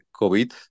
COVID